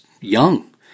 young